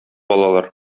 алалар